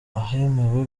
ahemewe